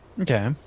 Okay